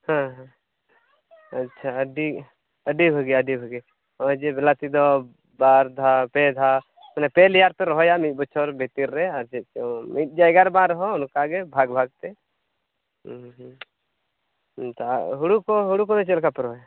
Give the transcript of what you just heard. ᱦᱮᱸ ᱦᱮᱸ ᱟᱪᱪᱷᱟ ᱟᱹᱰᱤ ᱟᱹᱰᱤ ᱵᱷᱟᱹᱜᱤ ᱟᱹᱰᱤ ᱵᱷᱟᱹᱜᱤ ᱦᱚᱜᱼᱚᱭ ᱡᱮ ᱵᱮᱞᱟᱛᱤ ᱫᱚ ᱵᱟᱨ ᱫᱷᱟᱣ ᱯᱮ ᱫᱷᱟᱣ ᱢᱟᱱᱮ ᱯᱮ ᱞᱮᱭᱟᱨ ᱯᱮ ᱨᱚᱦᱚᱭᱟ ᱢᱤᱫ ᱵᱚᱪᱷᱚᱨ ᱵᱷᱤᱛᱤᱨ ᱨᱮ ᱟᱨ ᱪᱮᱫ ᱪᱚᱝ ᱢᱤᱫ ᱡᱟᱭᱜᱟ ᱨᱮ ᱵᱟᱝ ᱨᱮᱦᱚᱸ ᱚᱱᱟᱠᱟᱜᱮ ᱵᱷᱟᱜ ᱵᱷᱟᱜᱛᱮ ᱫᱟᱜ ᱦᱩᱲᱩ ᱠᱚ ᱦᱩᱲᱩ ᱠᱚᱫᱚ ᱪᱮᱫ ᱞᱮᱠᱟᱯᱮ ᱨᱚᱦᱚᱭᱟ